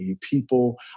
People